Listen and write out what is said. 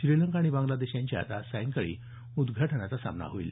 श्रीलंका आणि बांग्लादेश यांच्यात आज सायंकाळी उदघाटनाचा सामना होईल